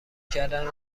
کردن